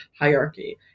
hierarchy